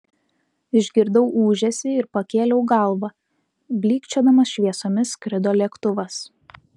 išgirdau ūžesį ir pakėliau galvą blykčiodamas šviesomis skrido lėktuvas